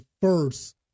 first